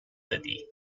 دادی